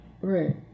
Right